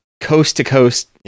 coast-to-coast